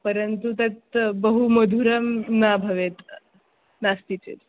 परन्तु तत् बहु मधुरं न भवेत् नास्ति चेत्